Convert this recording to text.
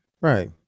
Right